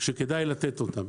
שכדאי לתת אותם.